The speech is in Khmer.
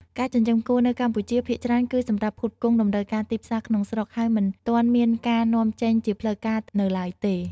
ការចិញ្ចឹមគោនៅកម្ពុជា ភាគច្រើនគឺសម្រាប់ផ្គត់ផ្គង់តម្រូវការទីផ្សារក្នុងស្រុក ហើយមិនទាន់មានការនាំចេញជាផ្លូវការនៅឡើយទេ។